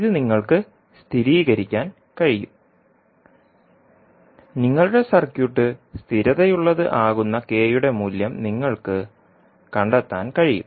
ഇത് നിങ്ങൾക്ക് സ്ഥിരീകരിക്കാൻ കഴിയും നിങ്ങളുടെ സർക്യൂട്ട് സ്ഥിരതയുള്ളത് ആകുന്ന kയുടെ മൂല്യം നിങ്ങൾക്ക് കണ്ടെത്താൻ കഴിയും